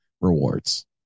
rewards